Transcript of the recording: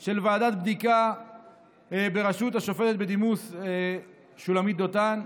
של ועדת בדיקה בראשות השופטת בדימוס שולמית דותן,